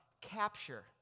capture